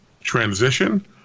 transition